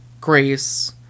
Grace